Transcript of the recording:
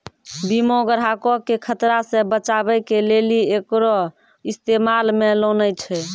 बीमा ग्राहको के खतरा से बचाबै के लेली एकरो इस्तेमाल मे लानै छै